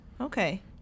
okay